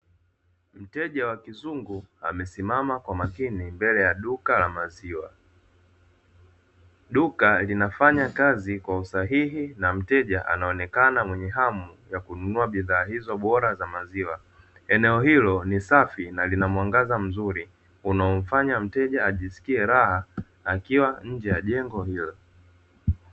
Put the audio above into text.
Mteja wa kizungu amesimama kwa makini mbele ya duka la maziwa. Duka linafanya kazi kwa usahihi na mteja anaonekana mwenye hamu ya kununua bidhaa hizo bora za maziwa. Eneo hilo ni safi na lina mwangaza mzuri unaomfanya mteja ajisikie raha akiwa nje ya jengo hilo.